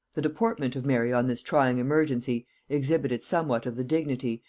the deportment of mary on this trying emergency exhibited somewhat of the dignity,